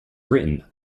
written